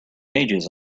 ages